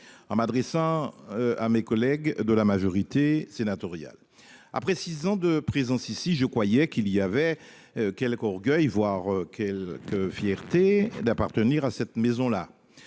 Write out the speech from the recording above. en m'adressant. À mes collègues de la majorité sénatoriale. Après 6 ans de présence ici. Je croyais qu'il y avait quelque orgueil voir quelle fierté d'appartenir à cette maison là